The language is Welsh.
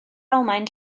almaen